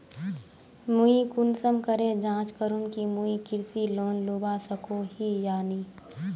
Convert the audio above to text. मुई कुंसम करे जाँच करूम की मुई कृषि लोन लुबा सकोहो ही या नी?